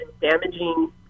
damaging